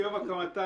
מיום הקמתה,